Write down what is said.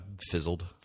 fizzled